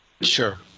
Sure